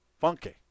funky